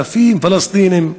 אלפי פלסטינים.